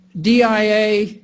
DIA